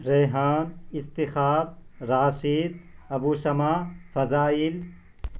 Rehan Rashid Abusama Fazail